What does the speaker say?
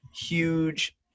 huge